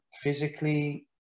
physically